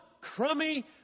crummy